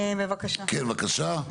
כן, בבקשה.